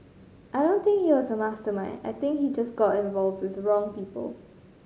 I don't think he was a mastermind I think he just got involved with the wrong people